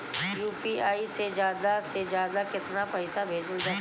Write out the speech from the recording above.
UPI से ज्यादा से ज्यादा केतना पईसा भेजल जा सकेला?